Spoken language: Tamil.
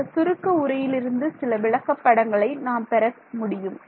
இந்த சுருக்க உரையிலிருந்து சில விளக்கப் படங்களை நாம் பெற முடியும்